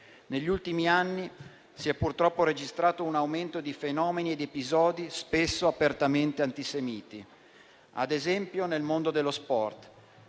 Negli ultimi anni, si è purtroppo registrato un aumento di fenomeni ed episodi spesso apertamente antisemiti, ad esempio nel mondo dello sport.